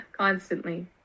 constantly